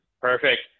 Perfect